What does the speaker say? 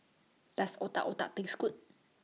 Does Otak Otak Taste Good